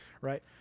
right